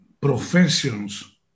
professions